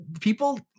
People